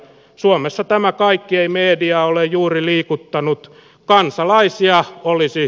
suomessa tämä kaikki ei media ole juuri liikuttanut kansalaisia olisi